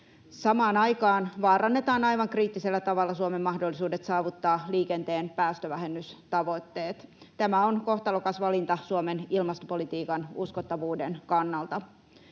Samaan aikaan vaarannetaan aivan kriittisellä tavalla Suomen mahdollisuudet saavuttaa liikenteen päästövähennystavoitteet. Tämä on kohtalokas valinta Suomen ilmastopolitiikan uskottavuuden kannalta.